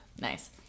nice